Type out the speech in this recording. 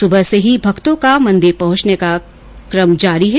सुबह से ही भक्तों का मंदिर पहंचने का कर्म जारी है